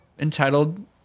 Entitled